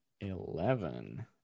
Eleven